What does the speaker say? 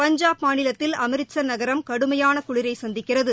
பஞ்சாப் மாநிலத்தில் அம்ரித்சா் நகரம் தான் கடுமையான குளிரை சந்திக்கிறது